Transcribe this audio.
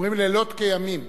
לילות כימים,